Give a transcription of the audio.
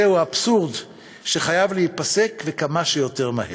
זהו אבסורד שחייב להיפסק, וכמה שיותר מהר.